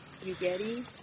Spaghetti